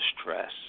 stress